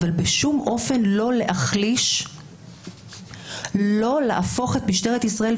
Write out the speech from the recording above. אבל בשום אופן לא להחליש את משטרת ישראל.